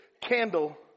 candle